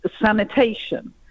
sanitation